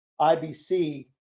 IBC